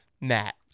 Matt